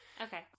Okay